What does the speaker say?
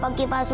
um give me